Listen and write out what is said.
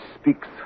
speaks